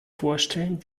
vorstellen